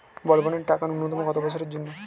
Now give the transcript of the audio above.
বলবনের টাকা ন্যূনতম কত বছরের জন্য?